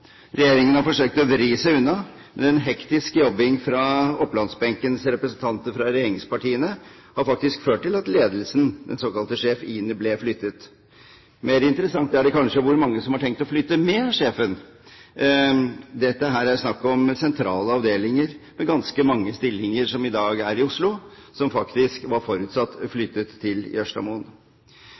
Regjeringen har forsøkt å vri seg unna, men en hektisk jobbing fra opplandsbenkens representanter fra regjeringspartiene har ført til at ledelsen, den såkalte Sjef INI, blir flyttet. Mer interessant er kanskje hvor mange det er som har tenkt å flytte med sjefen. Det er snakk om sentrale avdelinger med ganske mange stillinger, som i dag er i Oslo, og som det var forutsatt skulle flyttes til